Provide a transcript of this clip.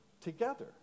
together